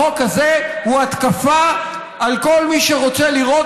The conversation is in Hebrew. החוק הזה הוא התקפה על כל מי שרוצה לראות